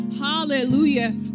Hallelujah